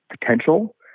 potential